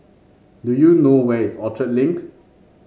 do you know where is Orchard Link